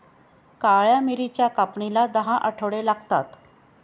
काळ्या मिरीच्या कापणीला दहा आठवडे लागतात